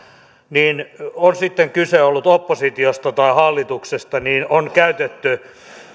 niin on sitten kyse ollut oppositiosta tai hallituksesta on käytetty